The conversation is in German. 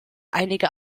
einige